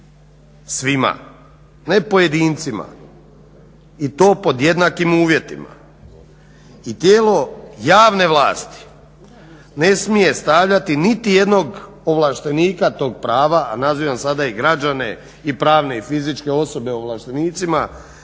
svima, ne pojedincima i to pod jednakim uvjetima i tijelo javne vlasti ne smije stavljati niti jednog ovlaštenika tog prava a nazivam sada i građane i pravne i fizičke osobe ovlaštenicima